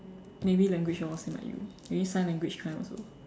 maybe language orh same like you maybe sign language kind also